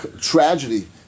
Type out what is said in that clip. tragedy